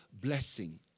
blessing